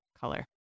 color